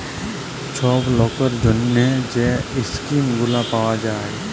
ছব লকের জ্যনহে যে ইস্কিম গুলা পাউয়া যায়